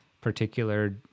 particular